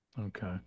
Okay